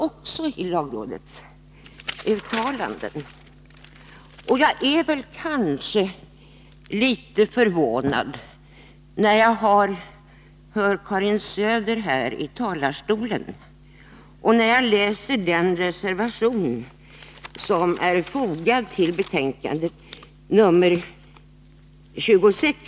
Jag blir litet förvånad när jag hör Karin Söder här i talarstolen och när jag läser reservation 2 som är fogad till betänkande 1982/83:26.